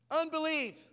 Unbelief